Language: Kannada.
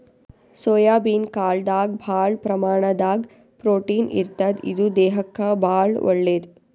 ಸೋಯಾಬೀನ್ ಕಾಳ್ದಾಗ್ ಭಾಳ್ ಪ್ರಮಾಣದಾಗ್ ಪ್ರೊಟೀನ್ ಇರ್ತದ್ ಇದು ದೇಹಕ್ಕಾ ಭಾಳ್ ಒಳ್ಳೇದ್